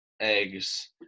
eggs